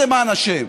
ואנגלית, למען השם,